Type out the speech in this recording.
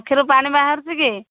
ଆଖିରୁ ପାଣି ବାହାରୁଛି କି